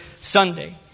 Sunday